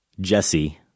Jesse